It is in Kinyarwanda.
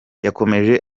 yakomeje